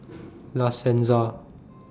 La Senza